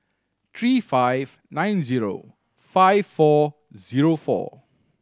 three five nine zero five four zero four